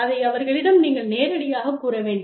அதை அவர்களிடம் நீங்கள் நேரடியாகக் கூற வேண்டும்